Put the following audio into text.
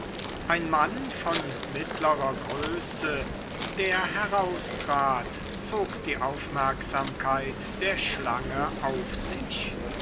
ein mann von mittlerer größe der heraustrat zog die aufmerksamkeit der schlange auf sich